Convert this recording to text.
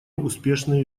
успешные